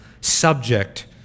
subject